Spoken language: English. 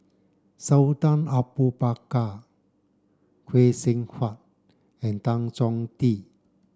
Sultan Abu Bakar Phay Seng Whatt and Tan Chong Tee